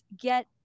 get